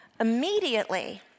Immediately